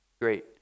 great